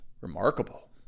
remarkable